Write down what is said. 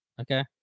Okay